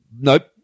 Nope